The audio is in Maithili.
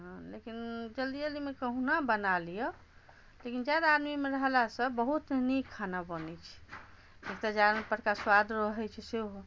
हँ लेकिन जल्दी जल्दी मे कहूना बनाए लिअ लेकिन जादा आदमी मे रहला सँ बहुत नीक खाना बनै छै एकतऽ जारैन परका स्वाद रहै छै सेहो